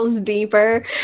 deeper